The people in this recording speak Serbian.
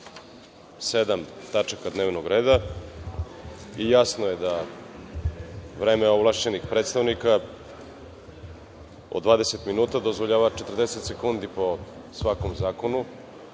27. tačaka dnevnog reda. Jasno je da vreme ovlašćenih predstavnika od 20 minuta dozvoljava 40 sekundi po svakom zakonu.